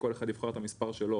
כל אחד יבחר את המספר שלו,